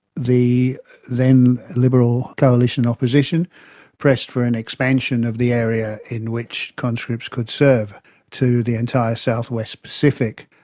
the then liberal coalition opposition pressed for an expansion of the area in which conscripts could serve to the entire south-west pacific.